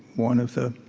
one of the